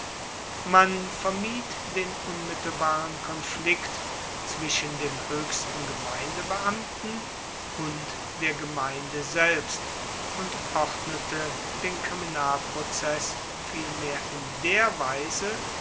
man vermied den unmittelbaren konflikt zwischen dem hoechsten gemeindebeamten und der gemeinde selbst und ordnete den kriminalprozess vielmehr in der weise